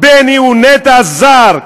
בני הוא נטע זר,